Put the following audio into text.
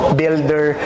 builder